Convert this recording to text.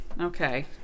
Okay